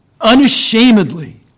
Unashamedly